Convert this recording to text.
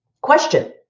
question